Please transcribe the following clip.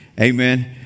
amen